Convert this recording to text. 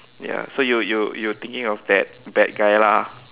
ya so you you you thinking of that bad guy lah